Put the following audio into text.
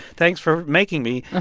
thanks for making me.